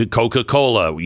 coca-cola